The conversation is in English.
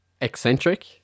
Eccentric